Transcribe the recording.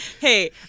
hey